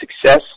success